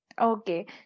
Okay